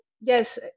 yes